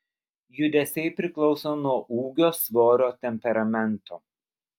judesiai priklauso nuo ūgio svorio temperamento